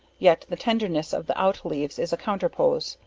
yet the tenderness of the out leaves is a counterpoise,